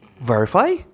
Verify